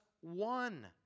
one